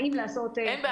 כמו למשל,